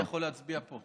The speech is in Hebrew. אבל אני יכול להצביע פה?